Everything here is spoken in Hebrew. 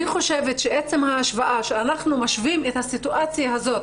אני חושבת שעצם ההשוואה שאנחנו משווים את הסיטואציה הזאת